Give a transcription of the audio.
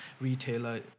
retailer